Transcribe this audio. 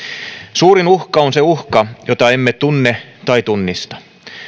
suurin uhka on se uhka jota emme tunne tai tunnista